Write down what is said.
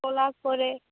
ᱴᱚᱞᱟ ᱠᱚᱨᱮ